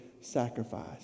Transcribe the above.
sacrifice